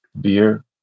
beer